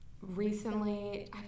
recently